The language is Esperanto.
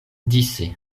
dise